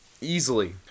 easily